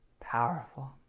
powerful